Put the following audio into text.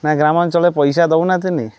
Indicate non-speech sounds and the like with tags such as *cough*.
ନା ଗ୍ରାମାଞ୍ଚଳରେ ପଇସା ଦଉନାହାନ୍ତି *unintelligible*